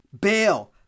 Bail